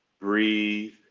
breathe